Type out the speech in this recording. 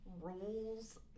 rules